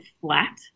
flat